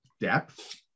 depth